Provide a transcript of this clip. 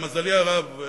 למזלי הרב,